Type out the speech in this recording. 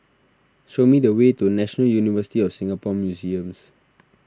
show me the way to National University of Singapore Museums